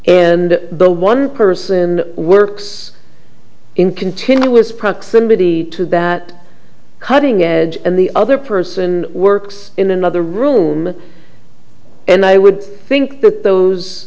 and the one person works in continuous proximity to that cutting edge and the other person works in another room and i would think that those